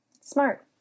Smart